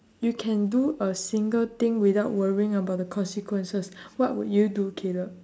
you can do a single thing without worrying about the consequences what would you do caleb